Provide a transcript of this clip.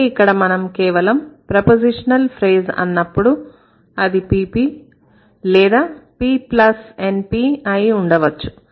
అయితే ఇక్కడ మనం కేవలం ప్రపోజిషనల్ ఫ్రేజ్ అన్నప్పుడు అది PP లేదా P plus NP అయి ఉండవచ్చు